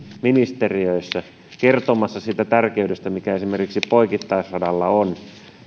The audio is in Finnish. ministeriöissä kertomassa siitä tärkeydestä mikä esimerkiksi poikittaisradalla on